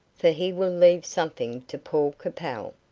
for he will leave something to paul capel.